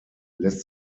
lässt